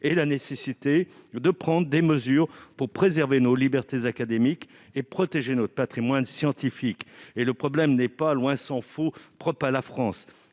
et la nécessité de prendre des mesures pour préserver nos libertés académiques et protéger notre patrimoine scientifique. Le problème n'est pas, tant s'en faut, propre à la France.